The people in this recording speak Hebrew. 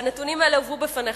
והנתונים האלה הובאו בפניך,